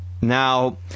Now